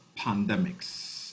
pandemics